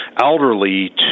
elderly